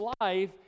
life